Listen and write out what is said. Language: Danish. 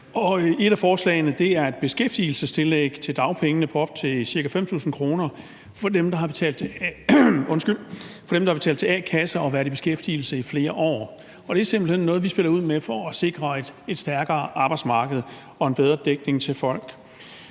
et af forslagene er et beskæftigelsestillæg til dagpengene på op til ca. 5.000 kr. for dem, der har betalt til a-kasse og været i beskæftigelse i flere år. Det er simpelt hen noget, vi spiller ud med for at sikre et stærkere arbejdsmarked og en bedre dækning til folk.